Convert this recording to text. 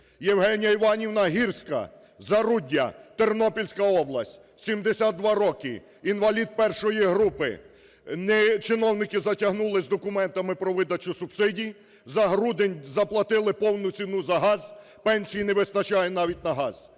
Євгенія Іванівна Гірська, Заруддя, Тернопільська область: 72 роки, інвалід І групи, чиновники затягнули з документами про видачу субсидій, за грудень заплатили повну ціну за газ, пенсії не вистачає навіть на газ.